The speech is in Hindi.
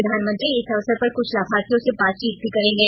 प्रधानमंत्री इस अवसर पर कुछ लाभार्थियों से बातचीत भी करेंगे